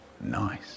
nice